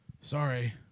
Sorry